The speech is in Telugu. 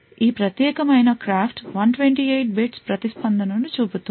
ఈ ప్రత్యేకమైన క్రాఫ్ట్ 128 bits ప్రతిస్పందన ను చూపుతుంది